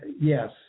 yes